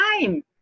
time